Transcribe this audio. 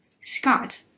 Scott